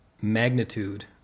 magnitude